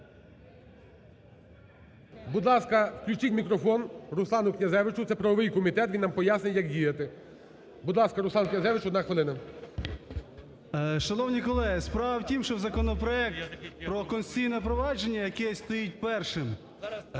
Будь ласка, включіть мікрофон Руслану Князевичу, це правовий комітет, він нам поясніть, як діяти. Будь ласка, Руслан Князевич, 1 хвилина. 13:23:22 КНЯЗЕВИЧ Р.П. Шановні колеги, справа в тім, що законопроект про Конституційне провадження, який стоїть першим,